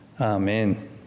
Amen